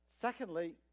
Secondly